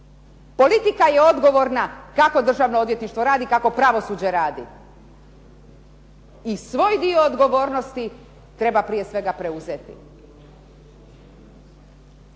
Politika je odgovorna kako Državno odvjetništvo radi, kako pravosuđe radi i svoj dio odgovornosti treba prije svega preuzeti.